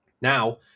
now